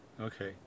Okay